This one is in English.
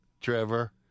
Trevor